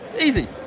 easy